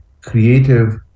creative